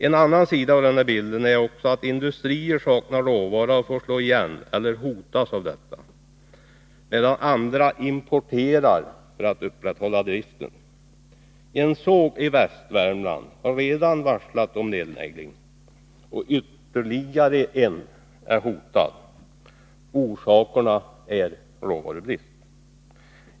En annan sida av denna bild är också att industrier saknar råvara och får slå igen eller hotas av detta, medan andra importerar råvara för att upprätthålla driften. En såg i Västvärmland har redan varslat om nedläggning, och ytterligare en är hotad. Orsaken är råvarubrist.